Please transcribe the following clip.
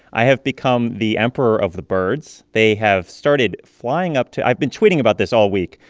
i have become the emperor of the birds. they have started flying up to i've been tweeting about this all week.